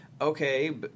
okay